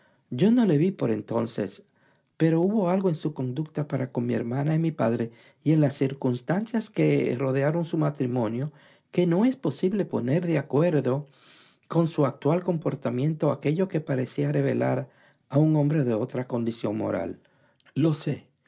yo no le vi por entonces sólo de oídas le conocía pero hubo algo en su conducta para con mi hermana y mi padre y en las circunstancias que rodearon su matrimonio que no es posible poner de acuerdo con su actual comportamiento aquello parecía revelar a un hombre de otra condición moral lo sé